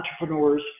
entrepreneurs